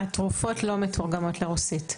התרופות לא מתורגמות לרוסית.